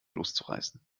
loszureißen